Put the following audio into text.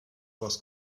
was